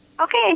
Okay